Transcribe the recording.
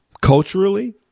culturally